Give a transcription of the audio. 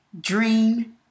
Dream